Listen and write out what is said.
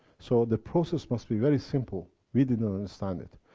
so the process must be very simple. we did not understand it.